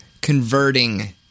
converting